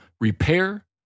repair